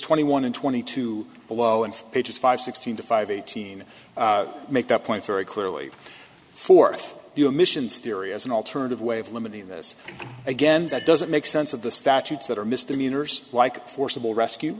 twenty one and twenty two below and pages five sixty five eighteen make that point very clearly forth do emissions theory as an alternative way of limiting this again that doesn't make sense of the statutes that are misdemeanors like forcible rescue